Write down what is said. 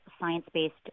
science-based